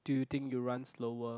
do you think you run slower